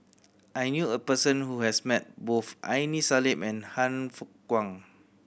I knew a person who has met both Aini Salim and Han Fook Kwang